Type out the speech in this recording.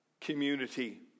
community